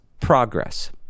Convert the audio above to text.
progress